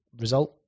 result